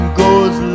goes